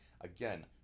again